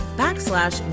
backslash